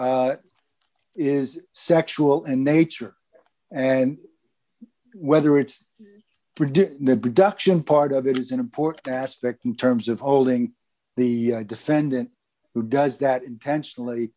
which is sexual in nature and whether it's predicting the production part of it is an important aspect in terms of holding the defendant who does that intentionally